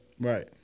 Right